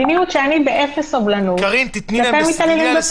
מדיניות שאני באפס סובלנות כלפי המתעללים בפעוטות.